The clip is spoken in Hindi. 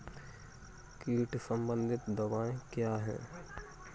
कीट संबंधित दवाएँ क्या हैं?